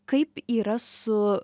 kaip yra su